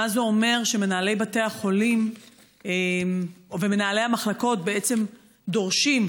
מה זה אומר שמנהלי בתי החולים ומנהלי המחלקות בעצם דורשים,